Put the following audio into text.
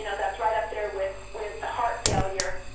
you know that's right up there with with heart failure,